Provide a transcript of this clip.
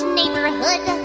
neighborhood